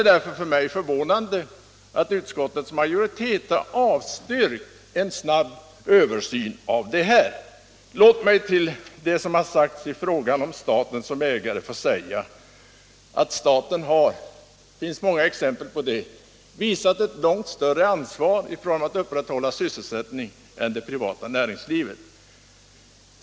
Jag finner det därför förvånande att utskottets majoritet har avstyrkt förslaget om en snabb översyn. Till det som har sagts om staten som ägare vill jag säga att staten har — och det finns många exempel på det — visat ett långt större ansvar i fråga om att upprätthålla sysselsättningen än det privata näringslivet.